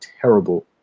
terrible